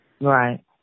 Right